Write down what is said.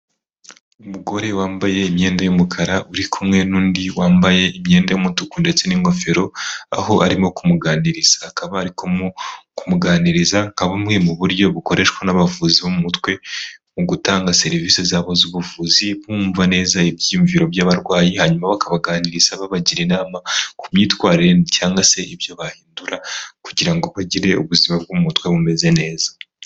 Umugore wambaye imyenda y'umukara uri kumwe n'undi wambaye imyenda y'umutuku ndetse n'ingofero aho arimo kumuganiriza, akaba ari kumuganiriza nka bumwe mu buryo bukoreshwa n'abavuzi bo mu mutwe mu gutanga serivisi zabo z'ubuvuzi bumva neza ibyiyumviro by'abarwayi hanyuma bakabaganiriza babagira inama ku myitwarire cyangwa se ibyo bahindura kugira ngo bagire ubuzima bwo mu mutwe bumeze neza.